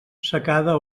secada